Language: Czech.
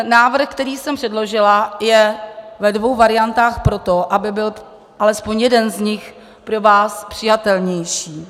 Návrh, který jsem předložila, je ve dvou variantách proto, aby byl alespoň jeden z nich pro vás přijatelný.